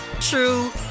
true